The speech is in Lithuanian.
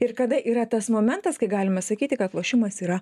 ir kada yra tas momentas kai galima sakyti kad lošimas yra